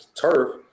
turf